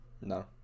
No